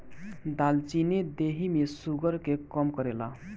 दालचीनी देहि में शुगर के कम करेला